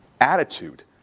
attitude